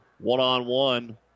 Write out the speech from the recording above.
one-on-one